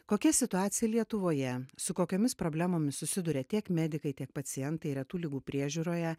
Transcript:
kokia situacija lietuvoje su kokiomis problemomis susiduria tiek medikai tiek pacientai retų ligų priežiūroje